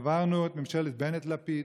עברנו את ממשלת בנט-לפיד,